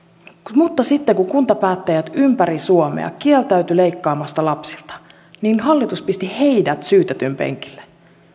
mutta sitten kun kuntapäättäjät ympäri suomea kieltäytyivät leikkaamasta lapsilta niin hallitus pisti heidät syytetyn penkille